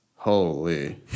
Holy